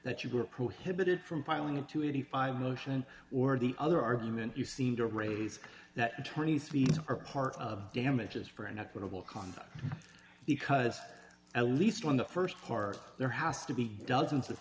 that you were prohibited from filing into eighty five dollars motion or the other argument you seem to raise that attorneys fees are part of damages for an equitable conduct because at least on the st part there has to be dozens of